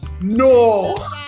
no